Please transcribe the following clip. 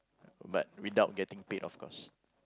but without getting paid of course